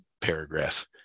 paragraph